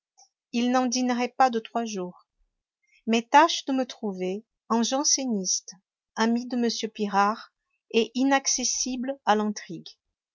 il n'en dînerait pas de trois jours mais tâche de me trouver un janséniste ami de m pirard et inaccessible à l'intrigue